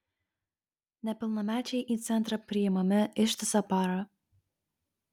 nepilnamečiai į centrą priimami ištisą parą